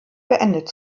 beendet